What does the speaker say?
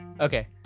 Okay